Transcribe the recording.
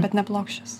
bet ne plokščias